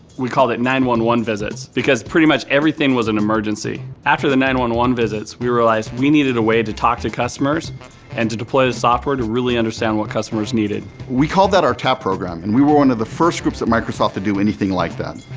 we called it nine one one visits because pretty much everything was an emergency. after the nine one one visits, we realized we needed a way to talk to customers and to deploy the software to really understand what customers needed. we called that our tap program and we were one of the first groups of microsoft to do anything like that.